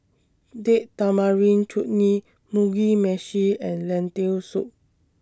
Date Tamarind Chutney Mugi Meshi and Lentil Soup